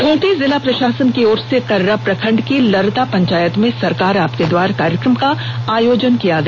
खूंटी जिला प्रशासन की ओर से कर्रा प्रखण्ड की लरता पंचायत में सरकार आपके द्वार कार्यक्रम का आयोजन किया गया